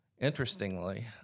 interestingly